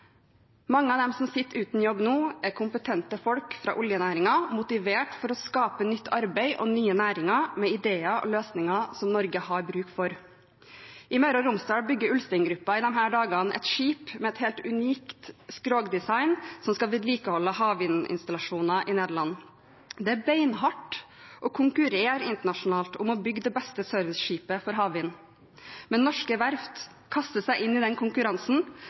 Mange av dem som sitter uten jobb nå, er kompetente folk fra oljenæringen, motiverte for å skape nytt arbeid og nye næringer med ideer og løsninger som Norge har bruk for. I Møre og Romsdal bygger Ulsteingruppen i disse dager et skip med et helt unikt skrogdesign, som skal vedlikeholde havvindinstallasjoner i Nederland. Det er beinhardt å konkurrere internasjonalt om å bygge det beste serviceskipet for havvind, men norske verft kaster seg inn i den konkurransen